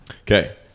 Okay